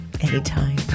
Anytime